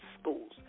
schools